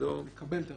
הצבעה בעד,